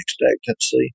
expectancy